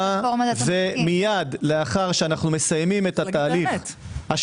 ומייד לאחר שאנו מסיימים את התהליך,